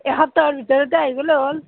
এসপ্তাহৰ ভিতৰতে আহি গ'লে হ'ল